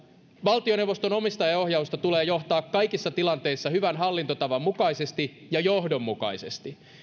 valtioneuvoston omistajaohjausta tulee johtaa kaikissa tilanteissa hyvän hallintotavan mukaisesti ja johdonmukaisesti